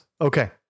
Okay